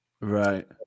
Right